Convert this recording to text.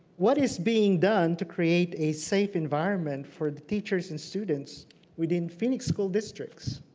what is being done to create a safe environment for the teachers and students within phoenix school districts?